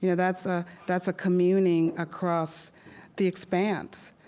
you know that's ah that's a communing across the expanse.